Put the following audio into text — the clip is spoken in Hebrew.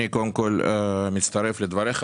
אני מצטרף לדבריך,